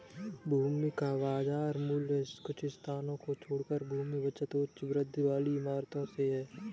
भूमि का बाजार मूल्य कुछ स्थानों को छोड़कर भूमि बचत उच्च वृद्धि वाली इमारतों से है